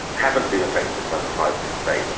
haven't been affected by the privacy debate.